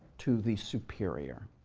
to the superior,